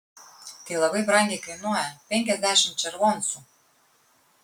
tai labai brangiai kainuoja penkiasdešimt červoncų